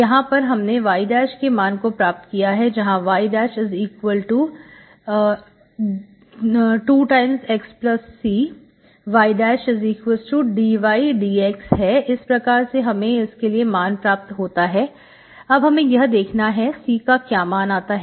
यहां पर हमने y के मान को प्राप्त किया जहां y2xc ydydx इस प्रकार से हमें इसके लिए मान प्राप्त होता है अब हमें यह देखना है C का क्या मान आता है